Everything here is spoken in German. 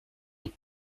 und